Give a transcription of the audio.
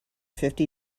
fifty